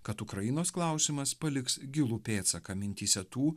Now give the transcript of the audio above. kad ukrainos klausimas paliks gilų pėdsaką mintyse tų